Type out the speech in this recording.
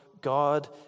God